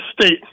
State